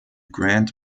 grant